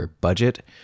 budget